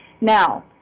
Now